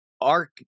arc